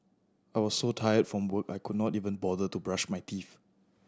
I was so tired from work I could not even bother to brush my teeth